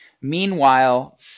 Meanwhile